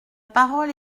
parole